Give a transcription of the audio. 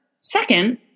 second